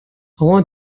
want